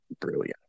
brilliant